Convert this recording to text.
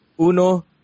uno